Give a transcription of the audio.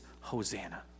Hosanna